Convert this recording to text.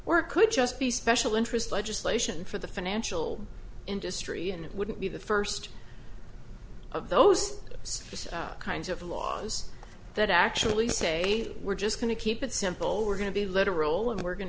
or it could just be special interest legislation for the financial industry and it wouldn't be the first of those kinds of laws that actually say we're just going to keep it simple we're going to be literal and we're going